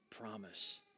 promise